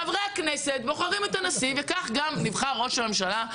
חברי הכנסת בוחרים את הנשיא וכך גם נבחר ראש הממשלה.